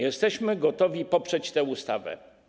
Jesteśmy gotowi poprzeć tę ustawę.